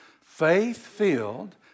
Faith-filled